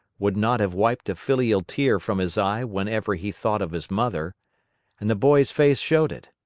would not have wiped a filial tear from his eye whenever he thought of his mother and the boy's face showed it.